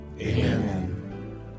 Amen